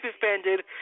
suspended